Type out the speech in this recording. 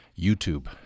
YouTube